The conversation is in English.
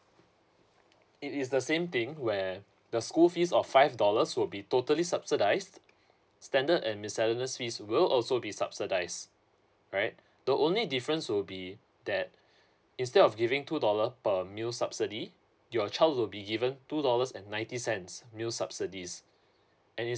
it is the same thing where the school fees of five dollars will be totally subsidised standard and miscellaneous fees will also be subsidised right the only difference will be that instead of giving two dollar per meal subsidy your child will be given two dollars and ninety cents meal subsidies and